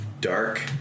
dark